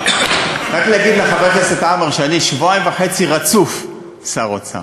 רק להגיד לחבר הכנסת עמאר שאני שבועיים וחצי רצוף שר אוצר.